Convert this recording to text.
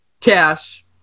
cash